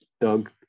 Doug